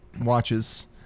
watches